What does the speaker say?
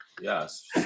Yes